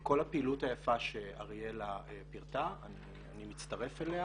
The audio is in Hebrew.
כל הפעילות היפה שאריאלה פירטה אני מצטרף אליה